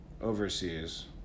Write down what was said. overseas